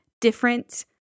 different